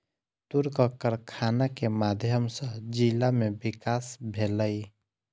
तूरक कारखाना के माध्यम सॅ जिला में विकास भेलै